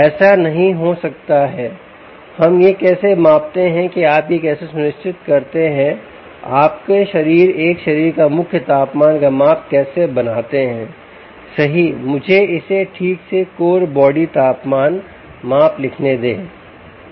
ऐसा नहीं हो सकता है हम यह कैसे मापते हैं कि आप यह कैसे सुनिश्चित करते हैं आप एक शरीर का मुख्य तापमान का माप कैसे बनाते हैं सही मुझे इसे ठीक से कोर बॉडी तापमान माप लिखने दें